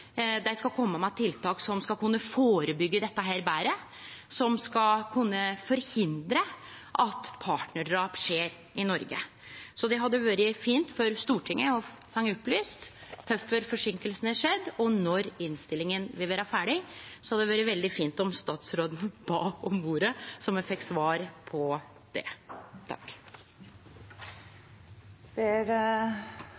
Dei skal kome med tiltak som skal kunne førebyggje dette betre, og som skal kunne forhindre at partnardrap skjer i Noreg. Det hadde vore fint for Stortinget å få opplyst kvifor forseinkinga er skjedd, og når innstillinga vil vere ferdig. Det hadde vore veldig fint om statsråden bad om ordet, slik at me fekk svar på det.